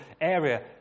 area